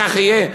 כך יהיה,